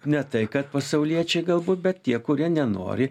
ne tai kad pasauliečiai galbūt bet tie kurie nenori